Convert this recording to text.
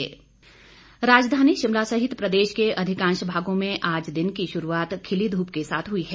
मौसम राजधानी शिमला सहित प्रदेश के अधिकांश भागों में आज दिन की शुरूआत खिली धूप के साथ हुई है